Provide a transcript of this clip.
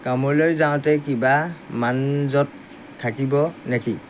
কামলৈ যাওঁতে কিবা যানজঁট থাকিব নেকি